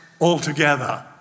altogether